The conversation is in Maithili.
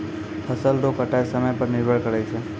फसल रो कटाय समय पर निर्भर करै छै